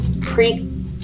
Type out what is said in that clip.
pre